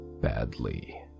badly